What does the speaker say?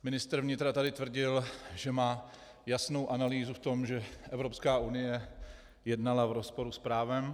Ministr vnitra tady tvrdil, že má jasnou analýzu v tom, že Evropská unie jednala v rozporu s právem.